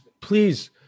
please